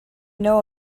know